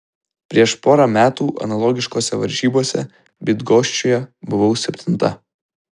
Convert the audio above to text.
prieš porą metų analogiškose varžybose bydgoščiuje buvau septinta